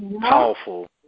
powerful